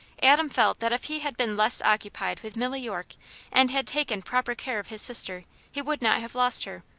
adam felt that if he had been less occupied with milly york and had taken proper care of his sister, he would not have lost her.